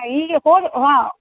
ಹಾಂ ಹೀಗೆ ಹೋದ ಹಾಂ